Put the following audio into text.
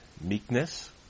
meekness